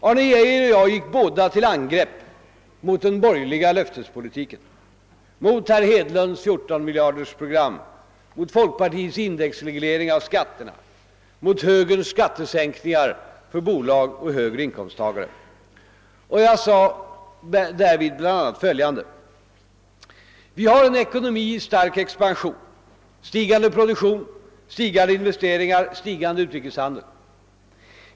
Arne Geijer och jag gick båda till angrepp mot den borgerliga löftespolitiken — mot herr Hedlunds 14-miljardersprogram, mot folkpartiets indexreglering av skatterna och mot högerns skattesänkningar för bolag och högre inkomsttagare. Jag sade därvid bl.a. följande: >» Vi har en ekonomi i stark expansion, stigande produktion, stigande investeringar, stigande utrikeshandel.